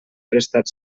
prestat